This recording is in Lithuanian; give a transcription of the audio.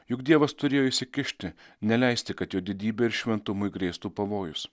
juk dievas turėjo įsikišti neleisti kad jo didybei ir šventumui grėstų pavojus